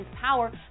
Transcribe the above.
power